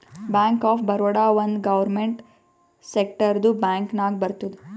bank of Baroda ಒಂದ್ government ಸೆಕ್ಟರ್ದು bank ನಾಗ್ ಬರ್ತುದ್